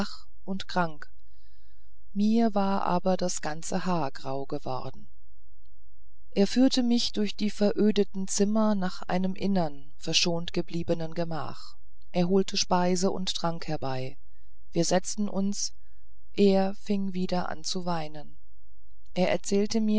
und krank mir war aber das haar ganz grau geworden er führte mich durch die verödeten zimmer nach einem innern verschont gebliebenen gemach er holte speise und trank herbei wir setzten uns er fing wieder an zu weinen er erzählte